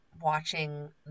watching